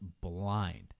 blind